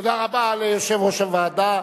תודה רבה ליושב-ראש הוועדה.